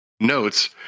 notes